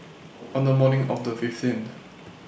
on The morning of The fifteenth